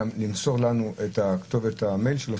למסור לנו את כתובת המייל שלך",